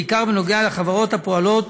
בעיקר בנוגע לחברות הפועלות